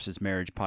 Marriage